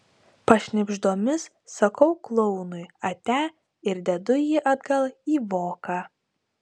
pašnibždomis sakau klounui ate ir dedu jį atgal į voką